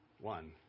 one